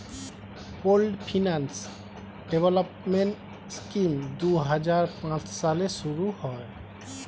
pooled finance development scheme দুই হাজার পাঁচ সালে শুরু হয়